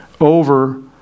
over